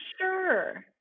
sure